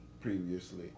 previously